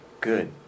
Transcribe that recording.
good